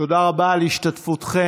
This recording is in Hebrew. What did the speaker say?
תודה רבה על השתתפותכם.